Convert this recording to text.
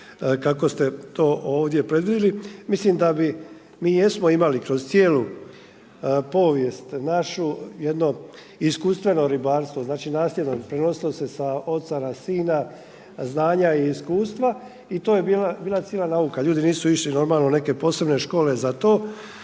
kako ste to ovdje predvidjeli. Mislim da bi, mi jesmo imali kroz cijelu povijest našu jedno iskustveno ribarstvo, znači nasljedno, prenosilo se sa oca na sina, znanja i iskustva i to je bila cijela nauka. Ljudi nisu išli, normalno u neke posebne škole za to,